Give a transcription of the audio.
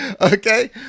okay